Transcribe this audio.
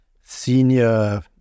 senior